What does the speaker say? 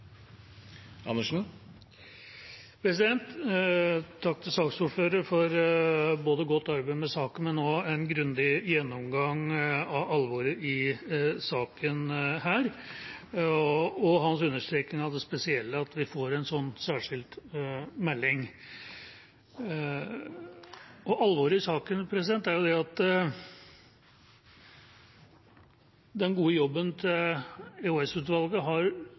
Takk til saksordføreren, både for godt arbeid med saka og for en grundig gjennomgang av alvoret i den, og for hans understreking av det spesielle i at vi får en sånn særskilt melding. Alvoret i saka er at den gode jobben til EOS-utvalget har